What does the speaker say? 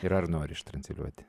ir ar nori transliuoti